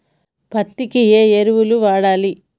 పత్తి కి ఏ ఎరువులు వాడాలి?